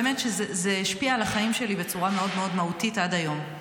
באמת שזה השפיע על החיים שלי בצורה מאוד מאוד מהותית עד היום.